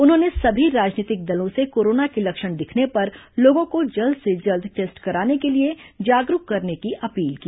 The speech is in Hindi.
उन्होंने सभी राजनीतिक दलों से कोरोना के लक्षण दिखने पर लोगों को जल्द से जल्द टेस्ट कराने के लिए जागरूक करने की अपील की